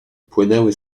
płynęły